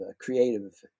creative